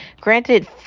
Granted